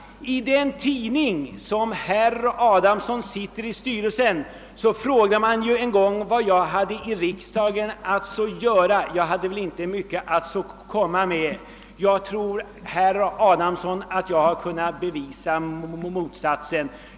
Herr Adamsson är ledamot av styrelsen i den tidning som en gång frågade vad jag hade i riksdagen att göra; jag hade väl inte mycket att komma med. Jag tror, herr Adamsson, att jag har kunnat bevisa motsatsen.